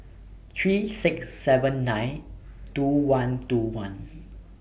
three six seven nine two one two one